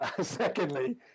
Secondly